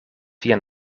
vian